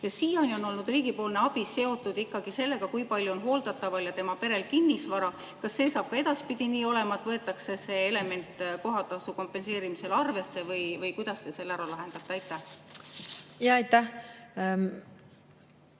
Siiani on olnud riigipoolne abi seotud ikkagi sellega, kui palju on hooldataval ja tema perel kinnisvara. Kas see saab ka edaspidi nii olema, et võetakse seda elementi kohatasu kompenseerimisel arvesse, või kuidas te selle ära lahendate? Aitäh! Teie